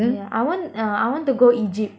yeah I want uh I want to go egypt